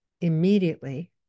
immediately